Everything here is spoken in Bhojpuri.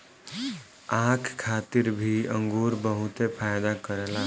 आँख खातिर भी अंगूर बहुते फायदा करेला